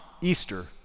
Easter